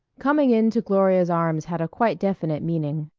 coming into gloria's arms had a quite definite meaning.